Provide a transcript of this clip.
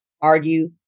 argue